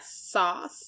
sauce